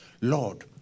Lord